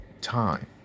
time